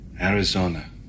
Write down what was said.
Arizona